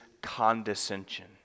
condescension